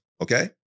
okay